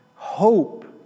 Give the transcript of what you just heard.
Hope